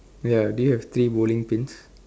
ya do you have three bowling pins